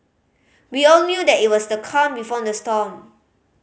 we all knew that it was the calm before the storm